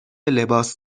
لباس